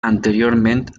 anteriorment